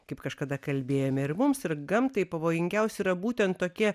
kaip kažkada kalbėjome ir mums ir gamtai pavojingiausi yra būtent tokie